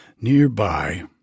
Nearby